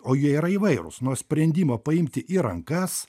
o jie yra įvairūs nuo sprendimo paimti į rankas